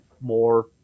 more